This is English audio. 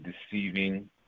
deceiving